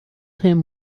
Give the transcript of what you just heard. him